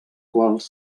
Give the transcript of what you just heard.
quals